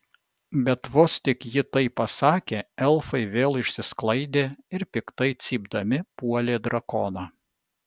bet vos tik ji tai pasakė elfai vėl išsisklaidė ir piktai cypdami puolė drakoną